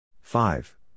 five